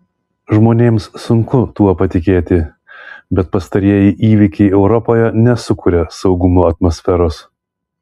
žmonėms sunku tuo patikėti bet pastarieji įvykiai europoje nesukuria saugumo atmosferos